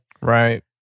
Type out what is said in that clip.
Right